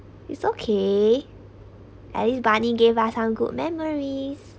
it's okay at least banny gave us some good memories